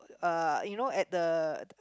uh you know at the